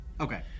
Okay